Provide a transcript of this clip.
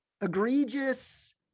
egregious